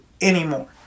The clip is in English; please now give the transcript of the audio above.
anymore